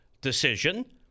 decision